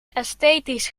esthetisch